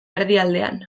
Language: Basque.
erdialdean